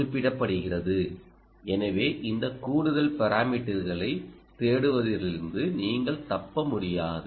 குறிப்பிடப்படுகிறது எனவே இந்த கூடுதல் பாராமீட்டர்களைத் தேடுவதிலிருந்து நீங்கள் தப்ப முடியாது